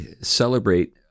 celebrate